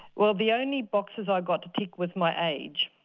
well the only boxes i got to tick was my age.